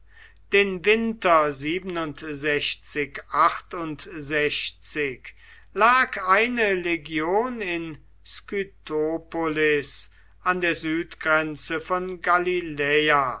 den winter lag eine legion in skytopolis an der südgrenze von galiläa